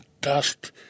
dust